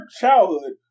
childhood